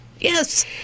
Yes